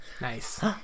Nice